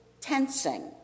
tensing